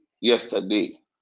yesterday